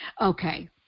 okay